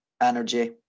energy